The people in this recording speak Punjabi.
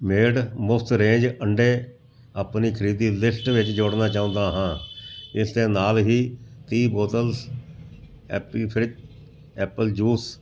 ਮੈਡ ਮੁਫਤ ਰੇਂਜ ਅੰਡੇ ਅਪਣੀ ਖਰੀਦੀ ਲਿਸਟ ਵਿੱਚ ਜੋੜਨਾ ਚਾਹੁੰਦਾ ਹਾਂ ਇਸ ਦੇ ਨਾਲ ਹੀ ਤੀਹ ਬੋਤਲਸ ਐਪੀ ਫਿਜ਼ ਐਪਲ ਜੂਸ